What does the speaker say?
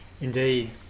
Indeed